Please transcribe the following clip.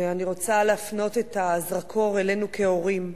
אני רוצה להפנות את הזרקור אלינו כהורים.